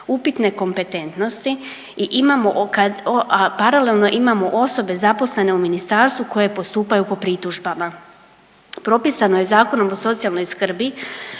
upitne kompetentnosti i imamo, paralelno imamo osobe zaposlene u Ministarstvu koje postupaju po pritužbama. Propisano je Zakonom o socijalnoj skrbi